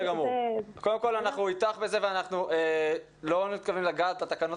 אנחנו אתך ואנחנו לא מתכוונים לגעת בתקנות